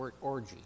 orgy